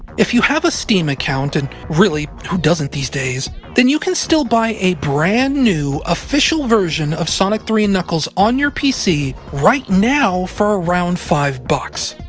if you have a steam account, and really, who doesn't these days, then you can still buy a brand new, official version of sonic three and knuckles on your pc, right now, for around five bucks.